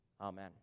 Amen